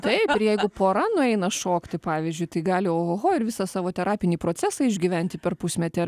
taip ir jeigu pora nueina šokti pavyzdžiui tai gali ohoho ir visą savo terapinį procesą išgyventi per pusmetį ar